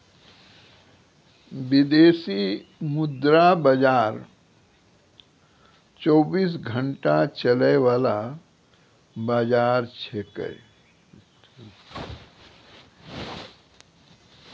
विदेशी मुद्रा बाजार चौबीस घंटा चलय वाला बाजार छेकै